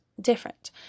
different